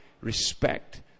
respect